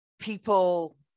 people